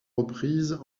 reprises